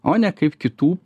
o ne kaip kitų